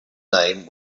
name